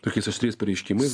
tokiais aštriais pareiškimais